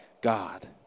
God